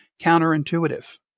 counterintuitive